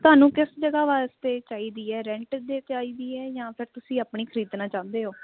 ਤੁਹਾਨੂੰ ਕਿਸ ਜਗ੍ਹਾ ਵਾਸਤੇ ਚਾਹੀਦੀ ਹੈ ਰੈਂਟ ਦੇ ਚਾਹੀਦੀ ਹ ਜਾਂ ਫਿਰ ਤੁਸੀਂ ਆਪਣੀ ਖਰੀਦਣਾ ਚਾਹੁੰਦੇ ਹੋ